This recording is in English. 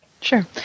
Sure